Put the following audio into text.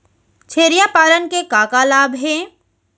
छेरिया पालन के का का लाभ हे?